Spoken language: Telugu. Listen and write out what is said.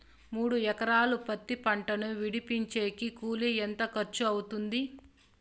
మూడు ఎకరాలు పత్తి పంటను విడిపించేకి కూలి ఎంత ఖర్చు అవుతుంది?